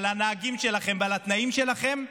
על הנהגים שלכם ועל התנאים שלכם,